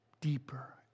deeper